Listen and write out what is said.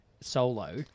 solo